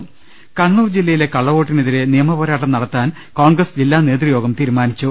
്്്്്് കണ്ണൂർ ജില്ലയിലെ കള്ളവോട്ടിനെതിരെ നിയമ പോരാട്ടം നടത്താൻ കോൺഗ്രസ് ജില്ലാ നേതൃയോഗം തീരുമാനിച്ചു